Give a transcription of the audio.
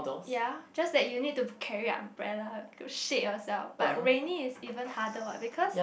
ya just that you need to carry a umbrella to shade yourself but rainy is even harder what because